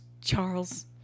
Charles